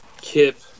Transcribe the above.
Kip